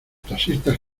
taxistas